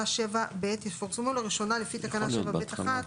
7(ב) יפורסמו לראשונה לפי תקנה 7(ב1)